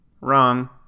Wrong